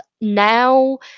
now